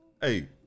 Hey